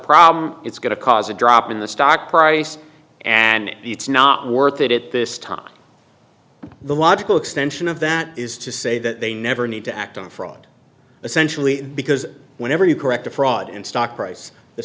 problem it's going to cause a drop in the stock price and it's not worth it at this time the logical extension of that is to say that they never need to act on fraud essentially because whenever you correct a fraud in stock price the